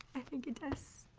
i think it does.